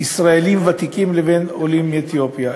ישראלים ותיקים לבין עולים מאתיופיה.